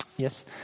Yes